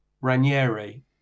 Ranieri